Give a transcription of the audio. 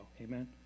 amen